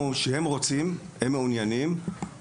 זה שהמערכת מעוניינת בספרי הלימוד שלנו,